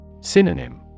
Synonym